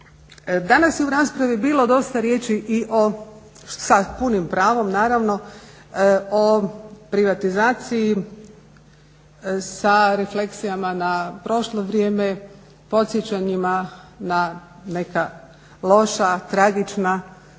Danas je u raspravi bilo dosta riječi i sa punim pravom naravno o privatizaciji sa refleksijama na prošlo vrijeme, podsjećanjima na neka loša, tragična,